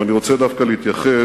אבל אני רוצה דווקא להתייחס